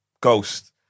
ghost